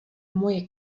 moje